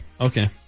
okay